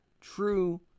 true